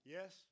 Yes